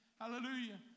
Hallelujah